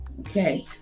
Okay